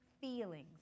feelings